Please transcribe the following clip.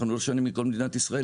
אנחנו לא שונים מכל מדינת ישראל,